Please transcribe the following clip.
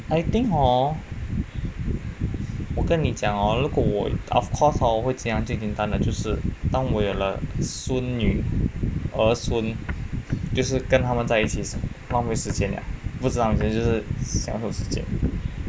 I think hor 我跟你讲 hor 如果我 of course hor 我会简简单单就是当我也了孙女儿孙就是跟他们在一起浪费时间了不是浪费时间是相处时间